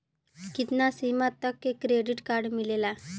कितना सीमा तक के क्रेडिट कार्ड मिलेला?